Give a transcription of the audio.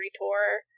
tour